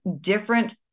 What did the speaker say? different